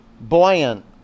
buoyant